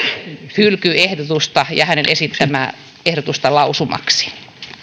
hylkyehdotusta ja hänen esittämäänsä ehdotusta lausumaksi